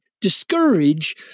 discourage